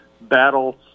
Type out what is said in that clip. battle